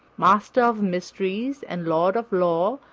master of mysteries and lord of law,